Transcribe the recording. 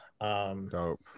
Dope